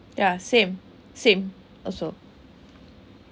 ya same same also